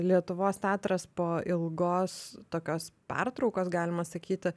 lietuvos teatras po ilgos tokios pertraukos galima sakyti